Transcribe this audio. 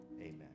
Amen